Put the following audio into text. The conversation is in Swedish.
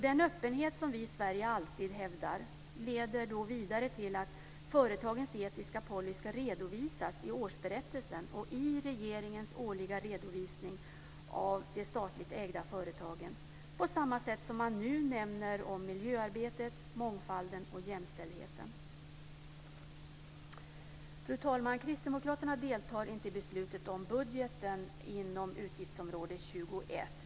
Den öppenhet som vi i Sverige alltid hävdar leder vidare till att företagens etiska policy ska redovisas i årsberättelsen och i regeringens årliga redogörelse av de statligt ägda företagen på samma sätt om man nu nämner miljöarbetet, mångfalden och jämställdheten. Fru talman! Kristdemokraterna deltar inte i beslutet om budgeten inom utgiftsområde 21.